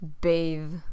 bathe